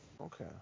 Okay